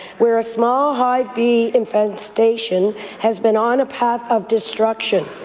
where a small-hive bee infestation has been on a path of destruction.